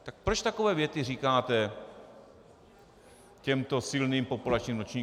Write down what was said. Tak proč takové věty říkáte těmto silným populačním ročníkům?